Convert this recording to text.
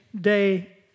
day